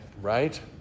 right